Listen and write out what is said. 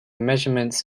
measurements